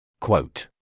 Quote